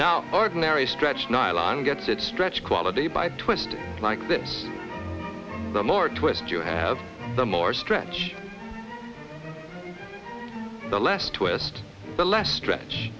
now ordinary stretch nylon gets it stretched quality by twisting like this the more twist you have the more stretch the less twist the less stretch